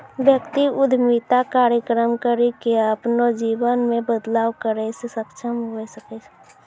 व्यक्ति उद्यमिता कार्यक्रम करी के अपनो जीवन मे बदलाव करै मे सक्षम हवै सकै छै